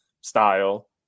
style